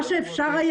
מה שאפשר,